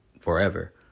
Forever